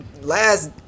last